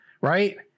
right